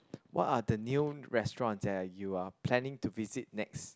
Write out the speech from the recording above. what are the new restaurants that you are planning to visit next